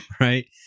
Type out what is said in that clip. Right